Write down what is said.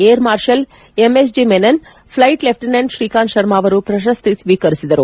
air marshal MSG Menon flight lieutenant Srikanth Sharma ಅವರು ಪ್ರಶಸ್ತಿ ಸ್ವೀಕರಿಸಿದರು